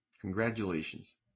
Congratulations